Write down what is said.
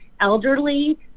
elderly